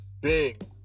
big